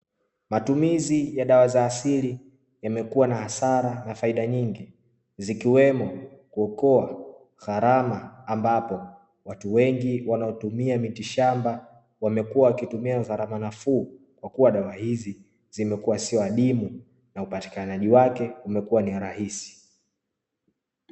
Matumizi ya dawa za asili yamekuwa na hasara na faida nyingi, zikiwemo kuokoa gharama ambapo watu wengi wanaotumia mitishamba wamekuwa wakitumia gharama nafuu, kwakuwa dawa hizi zimekuwa sio adimu na upatikanaji wake umekuwa ni rahisi.